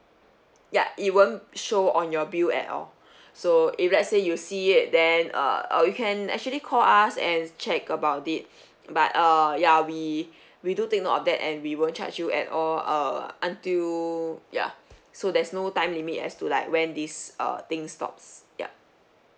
ya it won't show on your bill at all so if let say you see it then uh uh you can actually call us and check about it but err ya we we do take note of that and we won't charge you at all err until ya so there's no time limit as to like when this uh thing stops ya